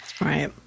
Right